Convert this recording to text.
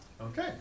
Okay